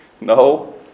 No